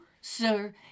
sir